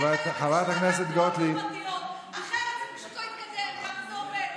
אני לא אבזבז את הזמן שלי כאן במליאה.